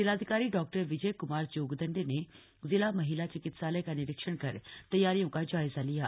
जिलाधिकारी डॉ विजय कुमार जोगदण्डे ने जिला महिला चिकित्सालय का निरीक्षण कर तैयारियों का जायजा लिया गया